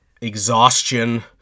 exhaustion